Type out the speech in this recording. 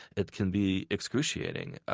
it can be excruciating. ah